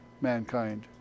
mankind